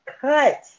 cut